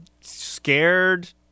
scared